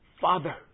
Father